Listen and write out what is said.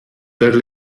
per